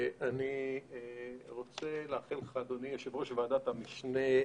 אני רוצה לאחל לך, אדוני יושב-ראש ועדת המשנה,